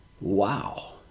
Wow